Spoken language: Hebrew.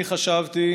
אני חשבתי